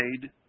made